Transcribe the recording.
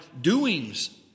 doings